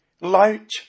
light